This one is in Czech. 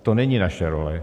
To není naše role.